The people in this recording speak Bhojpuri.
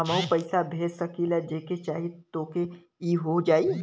हमहू पैसा भेज सकीला जेके चाही तोके ई हो जाई?